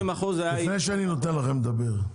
לפני שאני נותן לכם לדבר,